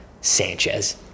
Sanchez